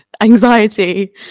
anxiety